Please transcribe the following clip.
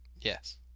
Yes